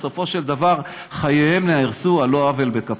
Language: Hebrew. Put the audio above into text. בסופו של דבר חייהם נהרסו על לא עוול בכפם.